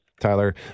Tyler